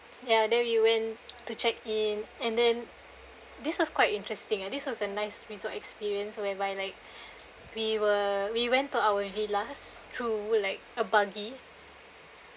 ya then we went to check in and then this was quite interesting this was a nice resort experience whereby like we were we went to our villas through like a buggy